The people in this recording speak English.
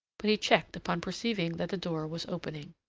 but he checked upon perceiving that the door was opening.